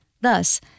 Thus